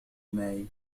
معي